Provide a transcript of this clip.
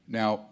now